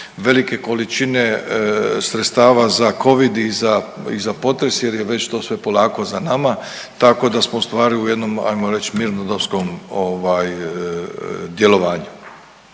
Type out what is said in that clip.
velike količine sredstava za Covid i za, i za potres jer je već to sve polako za nama. Tako da smo ustvari u jednom ajmo reći mirnodopskom ovaj djelovanju.